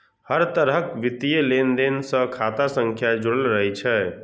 हर तरहक वित्तीय लेनदेन सं खाता संख्या जुड़ल रहै छै